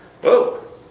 whoa